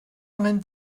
angen